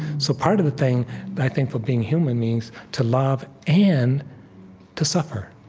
so part of the thing that i think what being human means to love and to suffer